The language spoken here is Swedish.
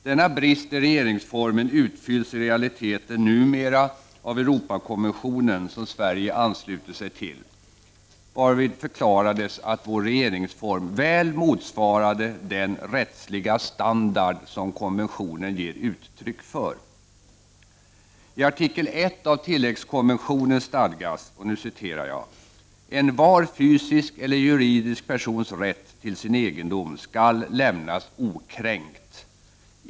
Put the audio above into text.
Denna brist i regeringsformen utfylls i realiteten numera av Europakonventionen som Sverige anslutit sig till, varvid förklarades att vår regeringsform väl motsvarade den rättsliga standard som konventionen ger uttryck för. I artikel 1 av tilläggskonventionen stadgas: ”Envar fysisk eller juridisk persons rätt till sin egendom skall lämnas okränkt.